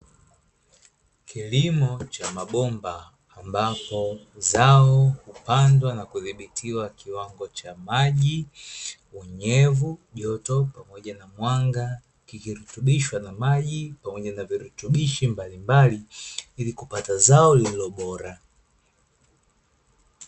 kilimo cha mabomba ambapo zao hupandwa na kudhibitiwa kiwango cha maji, unyevu, joto pamoja na mwanga kikirutubishwa na maji pamoja na virutubishi mbalimbali ili kupata zao lililo bora.